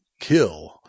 kill